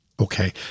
Okay